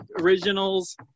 originals